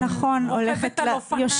רוכבת על אופניים.